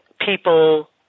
people